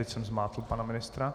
Teď jsem zmátl pana ministra.